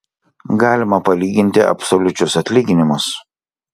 galima palyginti absoliučius atlyginimus